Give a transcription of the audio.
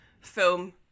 film